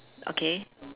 okay